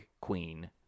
queen